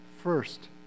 first